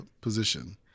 position